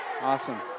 Awesome